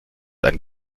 ein